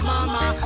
Mama